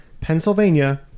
Pennsylvania